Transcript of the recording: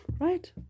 right